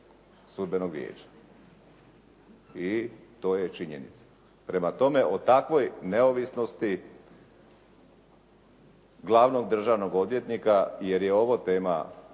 Sudbenog vijeća. I to je činjenica. Prema tome, o takvoj neovisnosti glavnog državnog odvjetnika, jer je ovo tema